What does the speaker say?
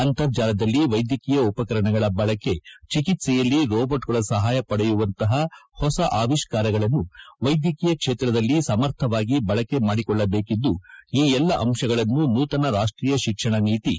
ಅಂತರ್ಜಾಲದಲ್ಲಿ ವೈದ್ಯಕೀಯ ಉಪಕರಣಗಳ ಬಳಕೆ ಚಿಕಿತ್ಸೆಯಲ್ಲಿ ರೋಬೋಟ್ಗಳ ಸಹಾಯ ಪಡೆಯುವಂತಹ ಹೊಸ ಆವಿಷ್ಕಾರಗಳನ್ನು ವೈದ್ಯಕೀಯ ಕೇತ್ರದಲ್ಲಿ ಸಮರ್ಥವಾಗಿ ಬಳಕೆ ಮಾಡಿಕೊಳ್ಳಬೇಕಿದ್ದು ಈ ಎಲ್ಲ ಅಂಶಗಳನ್ನು ನೂತನ ರಾಷ್ಟೀಯ ಶಿಕ್ಷಣ ನೀತಿ ಪರಿಗಣೆಸಿದೆ ಎಂದರು